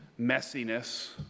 messiness